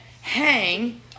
hang